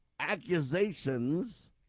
accusations